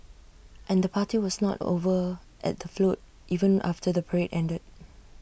and the party was not over at the float even after the parade ended